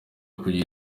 kugira